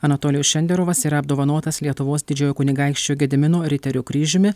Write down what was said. anatolijus šenderovas yra apdovanotas lietuvos didžiojo kunigaikščio gedimino riterio kryžiumi